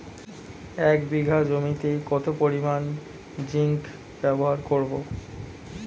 এক বিঘা জমিতে কত পরিমান জিংক ব্যবহার করব?